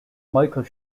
michael